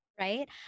right